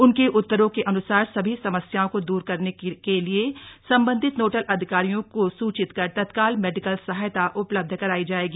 उनके उत्तरों के अन्सार सभी समस्याओं को दूर करे के लिए सम्बन्धित नोडल अधिकारियों को सूचित कर तत्काल मेडिकल सहायता उपलब्ध करायी जाएगी